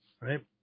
right